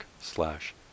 slash